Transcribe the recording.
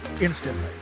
instantly